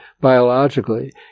biologically